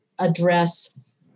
address